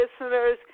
listeners